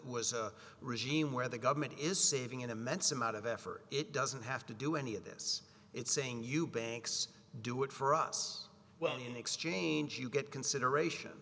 was a regime where the government is saving in the mets amount of effort it doesn't have to do any of this it's saying you banks do it for us well in exchange you get consideration